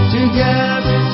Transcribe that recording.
Together